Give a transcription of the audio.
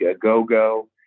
go-go